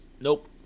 Nope